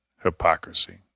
hypocrisy